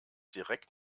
direkt